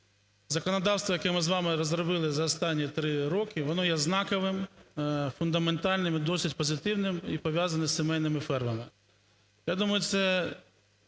законодавство, яке ми з вами розробили за останні три роки, воно є знаковим, фундаментальним і досить позитивним і пов'язано з сімейними фермами.